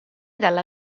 dalla